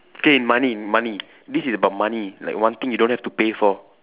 K money money this is about money like one thing you don't have to pay for